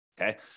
Okay